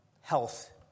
health